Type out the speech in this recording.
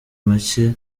macye